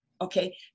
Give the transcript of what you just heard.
okay